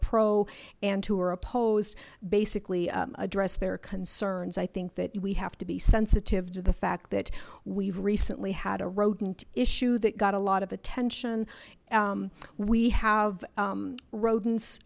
pro and who are opposed basically address their concerns i think that we have to be sensitive to the fact that we've recently had a rodent issue that got a lot of attention we have rodents